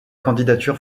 candidature